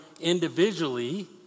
individually